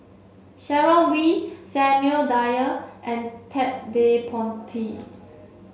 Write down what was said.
Sharon Wee Samuel Dyer and Ted De Ponti